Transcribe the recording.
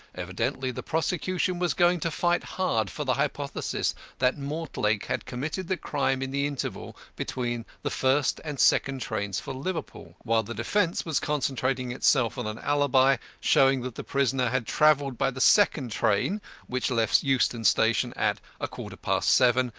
evidently the prosecution was going to fight hard for the hypothesis that mortlake had committed the crime in the interval between the first and second trains for liverpool while the defence was concentrating itself on an alibi, showing that the prisoner had travelled by the second train which left euston station at a quarter-past seven,